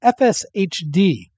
FSHD